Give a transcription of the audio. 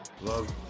Love